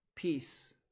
peace